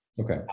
okay